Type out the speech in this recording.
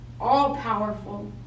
all-powerful